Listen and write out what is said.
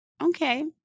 okay